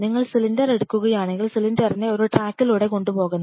നിങ്ങൾ സിലിണ്ടർ എടുക്കുകയാണെങ്കിൽ സിലിണ്ടറിനെ ഒരു ട്രാക്കിലൂടെ കൊണ്ടുപോകണം